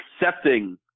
accepting